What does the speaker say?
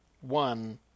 one